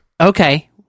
okay